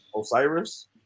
Osiris